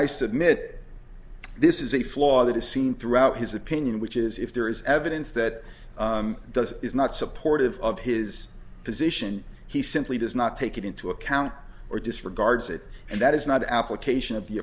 i submit this is a flaw that is seen throughout his opinion which is if there is evidence that does is not supportive of his position he simply does not take it into account or disregards it and that is not application of the